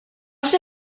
ser